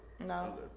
No